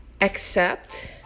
accept